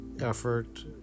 effort